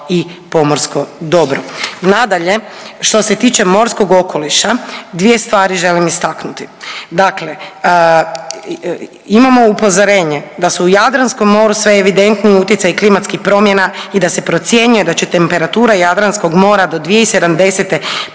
i pomorsko dobro. Nadalje, što se tiče morskog okoliša dvije stvari želim istaknuti. Dakle, imamo upozorenje da su u Jadranskom moru sve evidentniji utjecaji klimatskih promjena i da se procjenjuje da će temperatura Jadranskog mora do 2070.